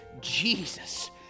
Jesus